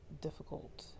difficult